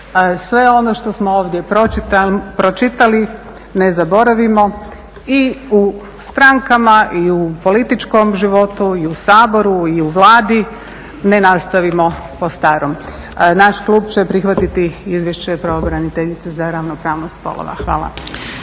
sve ono što smo ovdje pročitali, ne zaboravimo i u strankama i u političkom životu i u Saboru i u Vladi ne nastavimo po starom. Naš klub će prihvatiti izvješće pravobraniteljice za ravnopravnost spolova. Hvala.